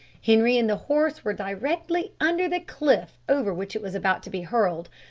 henri and the horse were directly under the cliff over which it was about to be hurled,